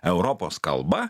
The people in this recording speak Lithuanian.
europos kalba